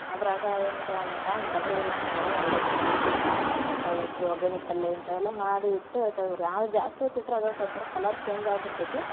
ಅದ್ರಾಗೆ ಏನೈತಿ ಒಂದೊಂದು ಟೈಮ್ ಡಬರಿ ಇಲ್ಲ ಅಂದ್ರೆ ಅದ್ರಾಗೆ ಅವ್ಲಕ್ಕಿನೂ ಮಾಡ್ತೀನಿ ಅವಲಕ್ಕಿ ಒಗ್ಗರ್ಣೆ ಪಲ್ಯ ಇಂಥವೆಲ್ಲ ಮಾಡಿ ಇಟ್ಟು ತಗದ್ರೆ ಆದ್ರೆ ಜಾಸ್ತಿ ಹೊತ್ ಇಟ್ರೆ ಅದೇ ಸ್ ಒಂಥರ ಕಲರ್ ಚೇಂಜ್ ಆಗಿಬಿಡ್ತೈತಿ